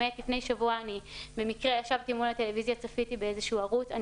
באמת לפני שבוע במקרה ישבתי וצפיתי באיזה שהוא ערוץ בטלוויזיה,